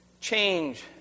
Change